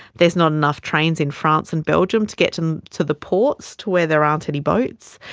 there's not enough trains in france and belgium to get and to the ports to where there aren't any boats.